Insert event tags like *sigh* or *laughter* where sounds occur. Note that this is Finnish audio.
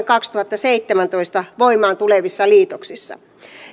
*unintelligible* kaksituhattaseitsemäntoista voimaan tulevissa liitoksissa